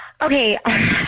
okay